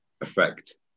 affect